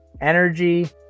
energy